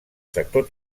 sector